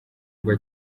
rwa